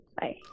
Bye